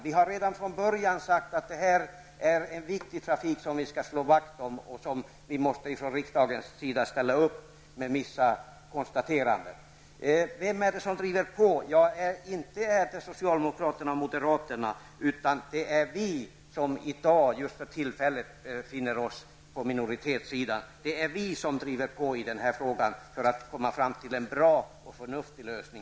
Vi har redan från början sagt att detta är en viktig trafik som vi skall slå vakt om och att riksdagen måste ställa upp med vissa konstateranden. Vem är det som driver på? Ja, inte är det socialdemokraterna och moderaterna, utan det är vi som just för tillfället befinner oss på minoritetssidan. Det är vi som driver på i den här frågan, för att komma fram till en bra och förnuftig lösning.